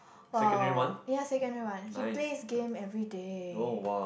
!wow! yea secondary one he plays game everyday